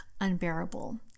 unbearable